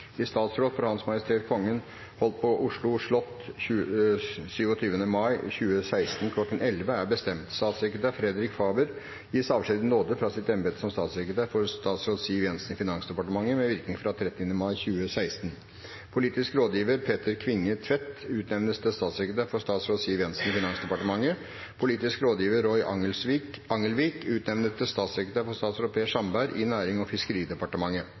I statsråd for H. M. Kongen holdt på Oslo slott 27. mai 2016 kl. 11.00 er bestemt: Statssekretær Fredrik Färber gis avskjed i nåde fra sitt embete som statssekretær for statsråd Siv Jensen i Finansdepartementet med virkning fra 30. mai 2016. Politisk rådgiver Petter Kvinge Tvedt utnevnes til statssekretær for statsråd Siv Jensen i Finansdepartementet. Politisk rådgiver Roy Angelvik utnevnes til statssekretær for statsråd Per Sandberg i Nærings- og Fiskeridepartementet.»